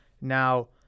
Now